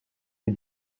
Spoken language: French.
des